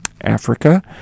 Africa